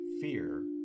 fear